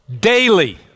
daily